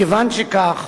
מכיוון שכך,